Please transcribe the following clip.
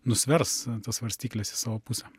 nusvers tas svarstykles į savo pusę